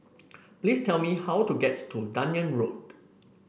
please tell me how to gets to Dunearn Road